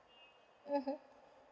mmhmm